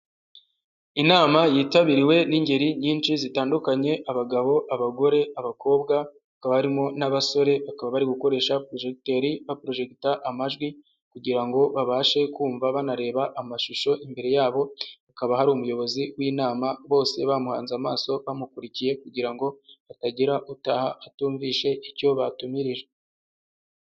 Inama yitabiriwe n'ingeri nyinshi zitandukanye: abagabo, abagore, abakobwa, hakaba harimo n'abasore, bakaba bari gukoresha porojegiteri, baporojegita amajwi, kugira ngo babashe kumva banareba amashusho, imbere yabo hakaba hari umuyobozi w'inama, bose bamuhanze amaso, bamukurikiye, kugira ngo hatagira utaha atumvishe icyo batumirijwe.